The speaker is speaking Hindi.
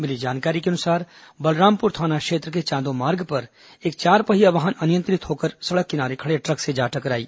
मिली जानकारी के अनुसार बलरामपुर थाना क्षेत्र के चांदो मार्ग पर एक चारपहिया वाहन अनियंत्रित होकर सड़क किनारे खड़े ट्रक से जा टकराई